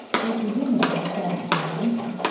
they presumably said my lady.